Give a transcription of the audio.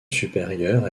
supérieure